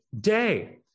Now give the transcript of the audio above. day